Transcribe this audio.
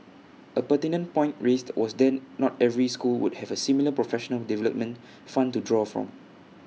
A pertinent point raised was then not every school would have A similar professional development fund to draw from